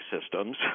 systems